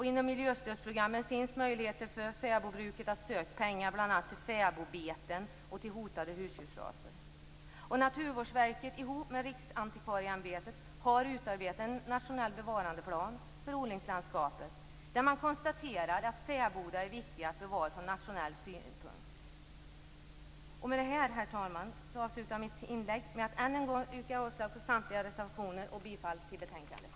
Inom miljöstödsprogrammen finns det möjligheter för fäbodbruket att ansöka om pengar bl.a. när det gäller fäbodbeten och hotade husdjursraser. Naturvårdsverket har tillsammans med Riksantikvarieämbetet utarbetat en nationell bevarandeplan för odlingslandskapet. Det konstateras där att det från nationell synpunkt är viktigt att bevara fäbodar. Med detta, herr talman, avslutar jag med inlägg med att ännu en gång yrka avslag på samtliga reservationer och bifall till hemställan i betänkandet.